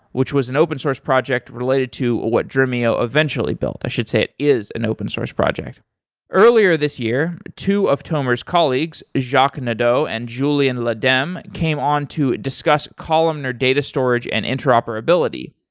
which was an open-source project related to what dremio eventually built. i should say is an open source project earlier this year, two of tomer s colleagues is jacques nadeau and julien le dem came on to discuss columnar data storage and interoperability,